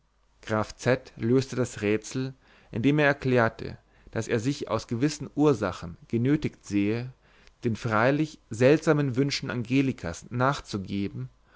graf z löste das rätsel indem er erklärte daß er sich aus gewissen ursachen genötiget gesehen den freilich seltsamen wünschen angelikas nachzugeben